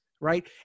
Right